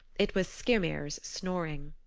it was skyrmir's snoring.